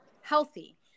healthy